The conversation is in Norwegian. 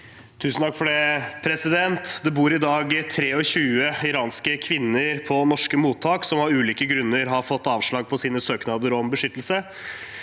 Lund (R) Det bor i dag 23 iranske kvinner på norske mottak som av ulike grunner har fått avslag på sine søknader om beskyttelse.